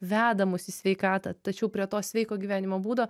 veda mus į sveikatą tačiau prie to sveiko gyvenimo būdo